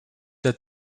dat